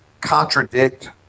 contradict